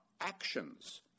actions